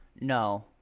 No